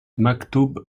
maktub